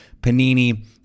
panini